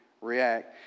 react